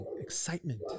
excitement